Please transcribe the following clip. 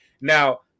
now